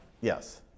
Yes